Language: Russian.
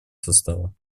состава